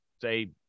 say